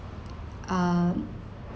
um